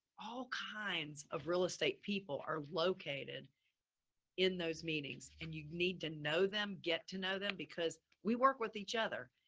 all kinds of real estate people are located in those meetings and you need to know them, get to know them because we work with each other.